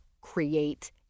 create